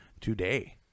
today